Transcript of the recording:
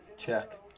Check